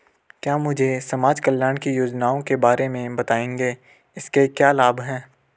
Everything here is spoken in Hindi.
क्या मुझे समाज कल्याण की योजनाओं के बारे में बताएँगे इसके क्या लाभ हैं?